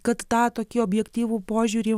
kad tą tokį objektyvų požiūrį